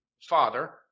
Father